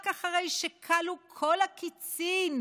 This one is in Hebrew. רק אחרי שכלו כל הקיצין,